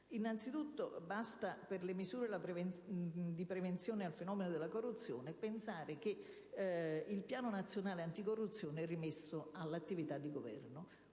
Innanzitutto, per le misure di prevenzione al fenomeno della corruzione basta pensare che il Piano nazionale anticorruzione è rimesso all'attività di Governo.